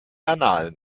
annalen